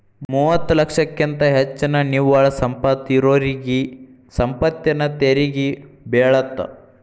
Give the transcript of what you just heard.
ಮೂವತ್ತ ಲಕ್ಷಕ್ಕಿಂತ ಹೆಚ್ಚಿನ ನಿವ್ವಳ ಸಂಪತ್ತ ಇರೋರಿಗಿ ಸಂಪತ್ತಿನ ತೆರಿಗಿ ಬೇಳತ್ತ